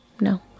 No